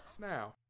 Now